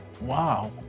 Wow